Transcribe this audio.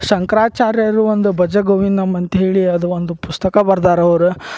ಶಂಕರಾಚಾರ್ಯರು ಒಂದು ಭಜಗೋವಿಂದಮ್ ಅಂತ್ಹೇಳಿ ಅದು ಒಂದು ಪುಸ್ತಕ ಬರ್ದಾರ ಅವ್ರು